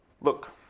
Look